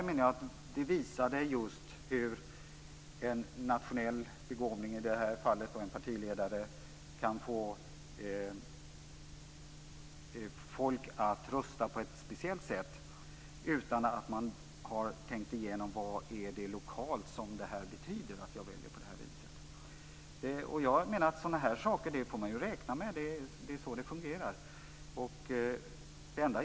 Detta visar hur en nationell begåvning - i det här fallet en partiledare - kan få folk att rösta på ett speciellt sätt utan att ha tänkt igenom vad det betyder lokalt. Sådana saker får vi räkna med. Det är så det fungerar.